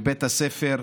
בבית הספר,